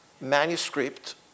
manuscript